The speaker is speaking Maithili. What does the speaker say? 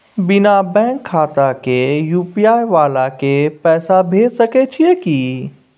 बिना बैंक खाता के यु.पी.आई वाला के पैसा भेज सकै छिए की?